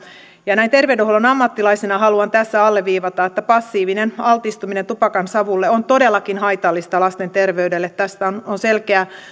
ja näin terveydenhuollon ammattilaisena haluan tässä alleviivata että passiivinen altistuminen tupakansavulle on todellakin haitallista lasten terveydelle tästä on on selkeää